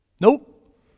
Nope